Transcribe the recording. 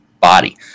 body